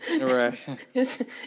Right